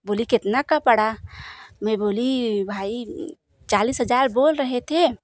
बोली कितना का पड़ा मैं बोली भाई चालीस हज़ार बोल रहे थे